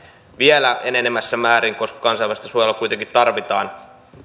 vielä enenevässä määrin koska kansainvälistä suojelua kuitenkin tarvitaan